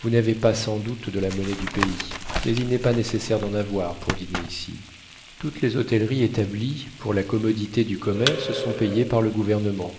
vous n'avez pas sans doute de la monnaie du pays mais il n'est pas nécessaire d'en avoir pour dîner ici toutes les hôtelleries établies pour la commodité du commerce sont payées par le gouvernement